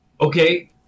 Okay